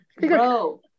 Bro